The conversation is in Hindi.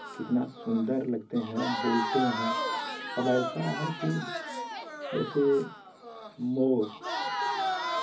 कितना सुंदर लगते हैं बोलते हैं अब ऐसा है कि जैसे मोर